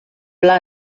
pla